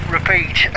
Repeat